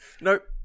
Nope